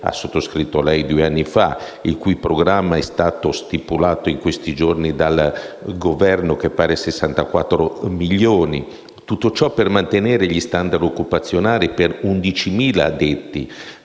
ha sottoscritto due anni fa, il cui programma è stato stipulato in questi giorni dal Governo, per 64 milioni di euro. Tutto ciò ha il fine di mantenere gli *standard* occupazionali per 11.000 addetti,